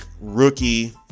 rookie